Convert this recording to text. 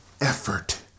effort